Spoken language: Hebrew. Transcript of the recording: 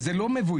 וזה לא מבוים,